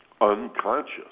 unconscious